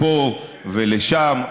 לפה ולשם.